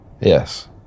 Yes